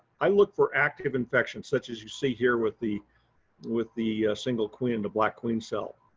i look for active infections such as you see here with the with the single queen, the black queen cell.